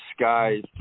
skies